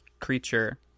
creature